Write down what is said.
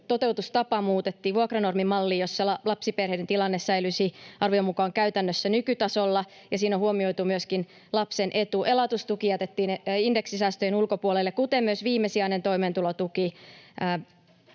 toteutustapa muutettiin vuokranormimalliin, jossa lapsiperheiden tilanne säilyisi arvion mukaan käytännössä nykytasolla, ja siinä on huomioitu myöskin lapsen etu. Elatustuki jätettiin indeksisäästöjen ulkopuolelle, kuten myös viimesijainen toimeentulotuki,